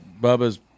Bubba's